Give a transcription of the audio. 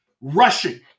rushing